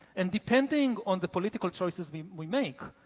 and depending on the political choices we we make,